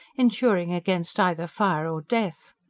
insuring against either fire or death.